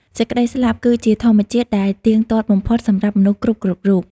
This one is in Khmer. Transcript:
សេចក្តីស្លាប់គឹជាធម្មជាតិដែលទៀងទាត់បំផុតសម្រាប់មនុស្សគ្រប់ៗរូប ។